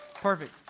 Perfect